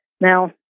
Now